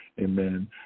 Amen